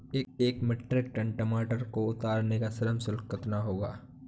एक metric ton टमाटर को उतारने का श्रम शुल्क कितना होगा?